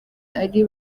ari